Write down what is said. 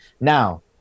Now